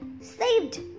saved